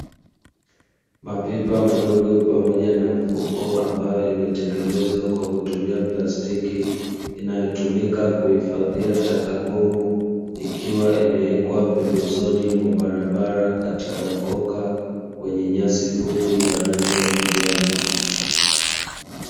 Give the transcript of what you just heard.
Mapipa madogo pamoja na mifuko ambayo imetengenezwa kwa kutumia plastiki inatumika kuifadhia taka ngumu, ikiwa imewekwa pembezoni mwa barabara katika ukoka wenye nyasi fupi za rangi ya kijani